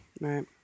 right